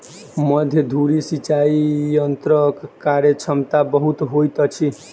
मध्य धुरी सिचाई यंत्रक कार्यक्षमता बहुत होइत अछि